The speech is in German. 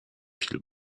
viel